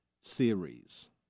series